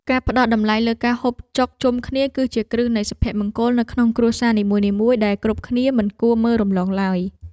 ការផ្ដល់តម្លៃលើការហូបចុកជុំគ្នាគឺជាគ្រឹះនៃសុភមង្គលនៅក្នុងគ្រួសារនីមួយៗដែលគ្រប់គ្នាមិនគួរមើលរំលងឡើយ។